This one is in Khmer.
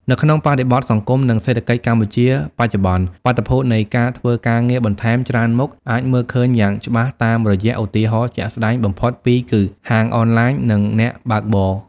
នៅក្នុងបរិបទសង្គម និងសេដ្ឋកិច្ចកម្ពុជាបច្ចុប្បន្ន បាតុភូតនៃការធ្វើការងារបន្ថែមច្រើនមុខអាចមើលឃើញយ៉ាងច្បាស់តាមរយៈ ឧទាហរណ៍ជាក់ស្តែងបំផុតពីរគឺ ហាងអនឡាញ និង អ្នកបើកបរ។